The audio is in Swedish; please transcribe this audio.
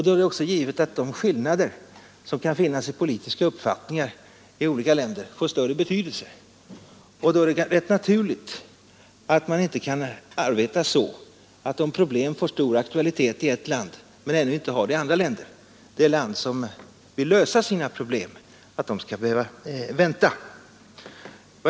Då är det också givet att de skillnader som kan finnas i politiska uppfattningar i olika länder får större betydelse. Det är också rätt naturligt att man inte kan arbeta så att — om problem får stor aktualitet i ett land, men ännu inte har det i andra länder — det land som vill lösa sina problem skall behöva vänta.